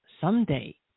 someday